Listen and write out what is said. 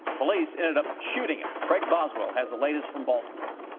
police ended up shooting him. craig boswell has the latest. from baltimore.